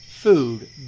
food